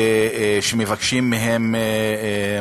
ומבקשים מהם